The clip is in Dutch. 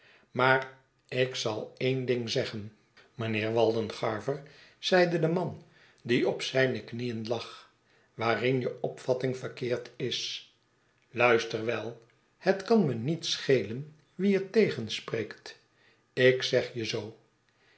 maar ik zal een ding zeggen mijnheer waldengarver zeide de man die op zijne knieen lag waarin je opvatting verkeerd is luister wel het kan me niet schelen wie het tegenspreekt ik zeg je zoo